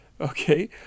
okay